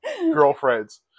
girlfriends